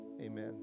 Amen